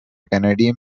canadian